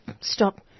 stop